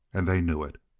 and they knew it.